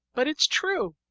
but it's true.